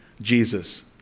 Jesus